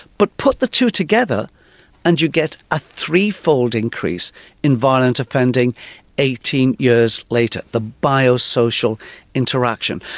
but put the two together and you get a threefold increase in violent offending eighteen years later the biosocial interaction.